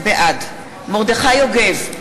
בעד מרדכי יוגב,